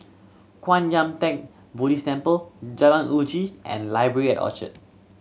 Kwan Yam Theng Buddhist Temple Jalan Uji and Library at Orchard